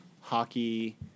hockey